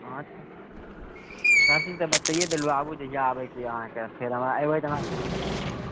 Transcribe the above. हँ सब चीज तऽ बताइये देलहुँ आबू जहिया आबयके अहाँके फेर हमरा एबय तऽ हमरा सम्पर्क कऽ देब